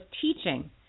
teaching